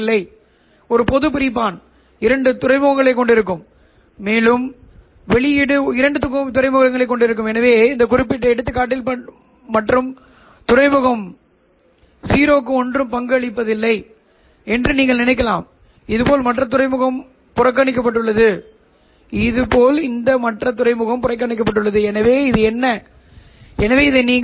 இப்போது நீங்கள் கவனிக்கிறீர்கள் நீங்கள் பெற்ற மூன்றாவது காலகட்டம் எதுவாக இருந்தாலும் நீங்கள் விகிதாச்சார மாறிலிகளை விட்டுவிட்டால் பொதுவாக ஹீட்டோரோடைன் ரிசீவரிடமிருந்து நீங்கள் பெற்றதைப் போலவே இதுவே சரியானது என்று நாங்கள் கருதினோம் எனவே முந்தைய விஷயத்தில் நாங்கள்